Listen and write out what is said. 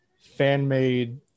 fan-made